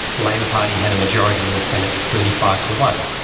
the labor party had a majority in the senate thirty five to one,